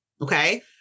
Okay